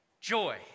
joy